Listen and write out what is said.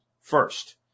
first